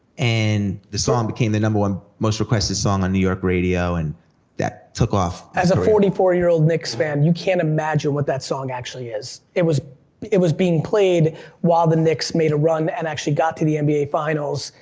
and the song became the number one most requested song on new york radio, and that took off as a forty four year old knicks fan, you can't imagine what that song actually is. it was it was being played while the knicks made a run and actually got to the nba finals,